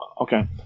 Okay